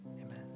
Amen